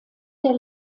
der